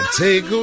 take